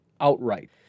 outright